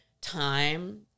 time